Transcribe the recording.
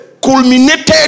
culminated